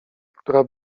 która